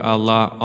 Allah